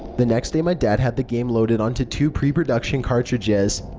the next day, my dad had the game loaded onto two pre-production cartridges.